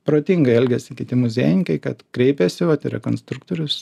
protingai elgiasi kiti muziejininkai kad kreipiasi vat į rekonstruktorius